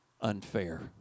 unfair